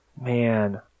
Man